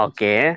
Okay